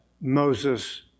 Moses